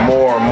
More